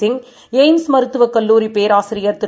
Singh எய்ம்ஸ்மருத்துவக்கல்லூரிபேராசிரியர்திரு